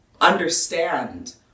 understand